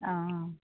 অঁ অঁ